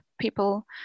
people